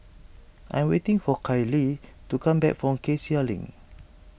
I am waiting for Kyler to come back from Cassia Link